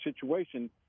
situation